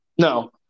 No